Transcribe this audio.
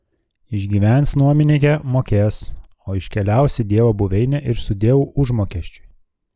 išgyvens nuomininkė mokės o iškeliaus į dievo buveinę ir sudieu užmokesčiui